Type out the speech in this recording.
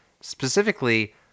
specifically